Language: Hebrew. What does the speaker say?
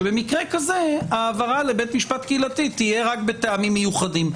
שבמקרה כזה ההעברה לבית משפט קהילתי תהיה רק בטעמים מיוחדים,